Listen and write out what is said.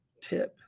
tip